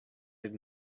had